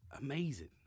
amazing